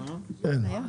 אין.